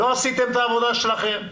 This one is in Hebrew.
לא עשיתם את העבודה שלכם,